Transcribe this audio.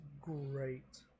great